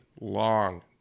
long